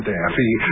Daffy